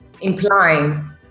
Implying